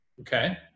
okay